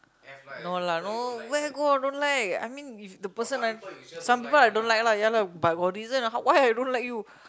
no lah no where got don't like I mean if the person some people I don't like lah ya lah but got reason why I don't like you